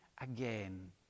again